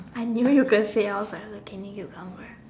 I knew you guys say I was like looking cucumber